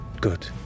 Good